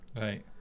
Right